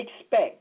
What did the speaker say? expect